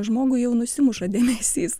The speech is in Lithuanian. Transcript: žmogui jau nusimuša dėmesys